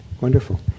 wonderful